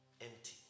empty